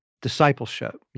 discipleship